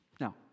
Now